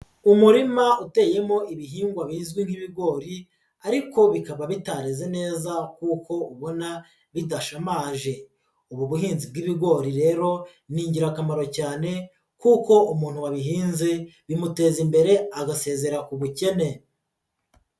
Umurima uteyemo ibihingwa bizwi nk'ibigori ariko bikaba bitareze neza kuko ubona bidashamaje, ubu buhinzi bw'ibigori rero ni ingirakamaro cyane kuko umuntu wabihinze bimuteza imbere agasezera ku bukene.